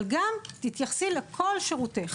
אבל גם על כל השירות,